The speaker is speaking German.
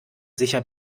sicher